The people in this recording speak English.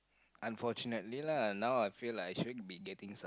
unfortunately lah now I feel like I should be getting some